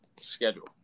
schedule